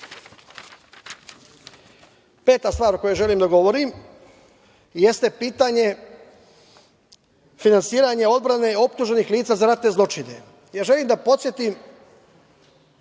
stvar o kojoj želim da govorim jeste pitanje finansiranja odbrane optuženih lica za ratne zločine. Želim da podsetim